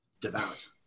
devout